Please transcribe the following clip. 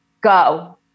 Go